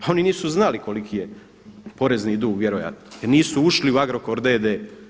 Pa oni nisu znali koliki je porezni dug vjerojatno, jer nisu ušli u Agrokor d.d.